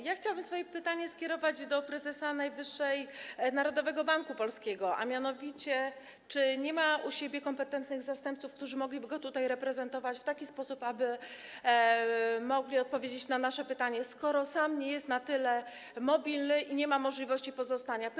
Ja chciałabym swoje pytanie skierować do prezesa Narodowego Banku Polskiego, o to mianowicie, czy nie ma u siebie kompetentnych zastępców, którzy mogliby go tutaj reprezentować w taki sposób, aby odpowiedzieć na nasze pytanie, skoro sam nie jest na tyle mobilny, nie ma możliwości pozostania tutaj.